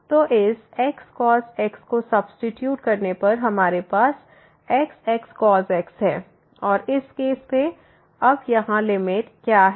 तो इस x cos x को सब्सीट्यूट करने पर हमारे पास x x cos x है और इस केस में अब यहाँ लिमिट क्या है